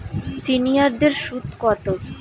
সিনিয়ারদের সুদ কত?